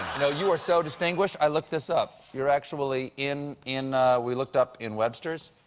you know you are so distinguished, i looked this up. you're actually in in we looked up in websters.